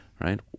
right